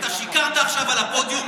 אתה שיקרת עכשיו על הפודיום.